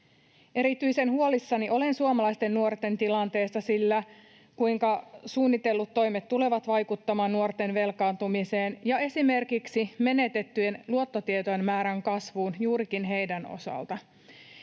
Erityisen huolissani olen suomalaisten nuorten tilanteesta, sillä suunnitellut toimet tulevat vaikuttamaan nuorten velkaantumiseen ja esimerkiksi menetettyjen luottotietojen määrän kasvuun juurikin heidän osaltaan.